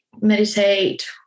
meditate